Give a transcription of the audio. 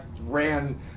ran